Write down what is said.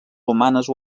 humanes